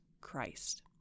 Christ